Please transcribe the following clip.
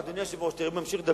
הבעיה שלך שאתה פחדן,